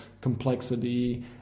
complexity